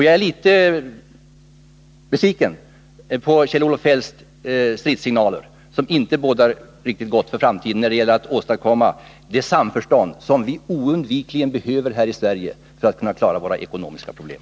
Jag är litet besviken över Kjell-Olof Feldts stridssignaler, som inte riktigt bådar gott för framtiden när det gäller att åstadkomma det samförstånd som vi oundgängligen behöver här i Sverige för att vi skall kunna klara våra ekonomiska problem.